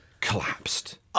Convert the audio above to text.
collapsed